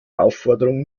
aufforderung